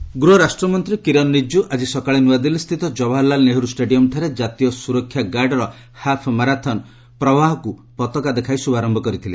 NSG ଗୃହ ରାଷ୍ଟ୍ରମନ୍ତ୍ରୀ କିରନ୍ ରିଜିକୁ ଆଜି ସକାଳେ ନ୍ତଆଦିଲ୍ଲୀସ୍ଥିତ ଜବାହରଲାଲ ନେହେରୁ ଷ୍ଟାଡିୟମ୍ଠାରେ କାତୀୟ ସୁରକ୍ଷା ଗାର୍ନର ହାଫ୍ ମାରାଥନ୍ ପ୍ରୱାହ୍ କୁ ପତାକା ଦେଖାଇ ଶୁଭାରୟ କରିଥିଲେ